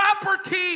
property